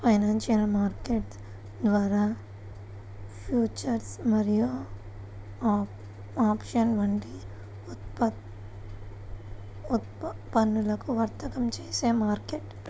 financial market ద్వారా futures మరియు options వంటి ఉత్పన్నాలను వర్తకం చేసే మార్కెట్